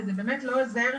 וזה באמת לא עוזר.